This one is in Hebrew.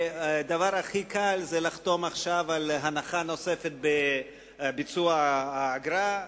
הדבר הכי קל זה לחתום על הנחה נוספת בביצוע האגרה.